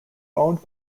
owned